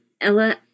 Ella